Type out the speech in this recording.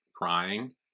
crying